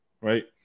right